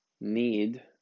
need